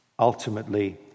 ultimately